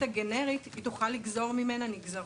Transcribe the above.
הגנרית היא תוכל לגזור ממנה נגזרות.